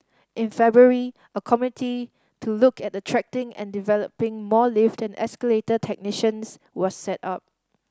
in February a committee to look at attracting and developing more lift and escalator technicians was set up